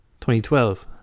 2012